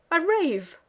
i rave!